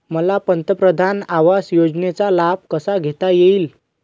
मला पंतप्रधान आवास योजनेचा लाभ कसा घेता येईल?